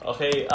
Okay